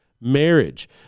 marriage